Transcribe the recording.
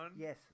Yes